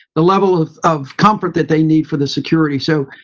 the level of of comfort that they need for the security. so,